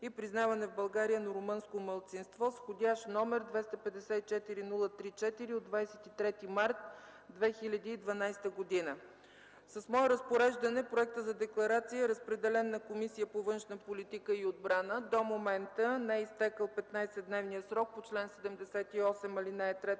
и признаване в България на румънско малцинство с вх. № 254-03-4 от 23 март 2012 г. С мое разпореждане проектът за декларация е разпределен на Комисия по външна политика и отбрана. До момента не е изтекъл 15-дневният срок по чл. 78, ал. 3